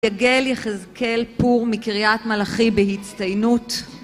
יגל יחזקאל פור מקריית מלאכי בהצטיינות